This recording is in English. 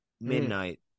Midnight